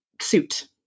suit